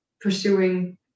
pursuing